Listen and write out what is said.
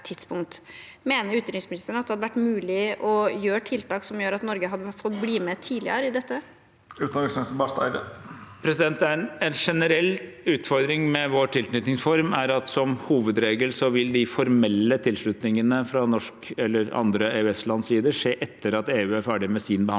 Mener utenriksministeren at det hadde vært mulig å gjøre tiltak som gjorde at Norge hadde fått bli med tidligere i dette? Utenriksminister Espen Barth Eide En generell utfordring med vår tilknytningsform er at som hovedregel vil de formelle tilslutningene fra Norges eller andre EØS-lands side skje etter at EU er ferdig med sin behandling.